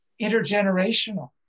intergenerational